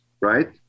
right